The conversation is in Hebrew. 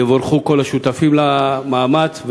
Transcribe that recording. יבורכו כל השותפים למאמץ.